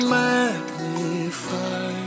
magnify